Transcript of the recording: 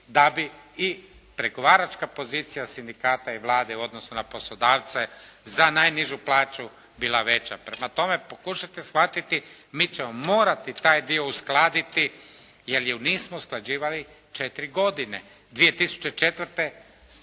da bi i pregovaračka pozicija sindikata i Vlade u odnosu na poslodavce za najnižu plaću bila veća. Prema tome pokušajte shvatiti mi ćemo morati taj dio uskladiti jer ju nismo usklađivali četiri godine. 2004.